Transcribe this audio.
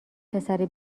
پسره